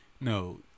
No